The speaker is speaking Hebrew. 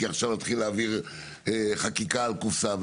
להתחיל עכשיו להעביר חקיקה על קופסה.